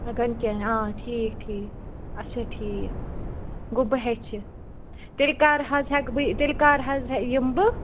تگان کیٚنٛہہ آ ٹھیٖک ٹھیٖک اَچھا ٹھیٖک گوٚو بہٕ ہیٚچھِ تیٚلہِ کَر حظ ہٮ۪کہٕ بہٕ تیٚلہِ کَر حظ یِمہٕ بہٕ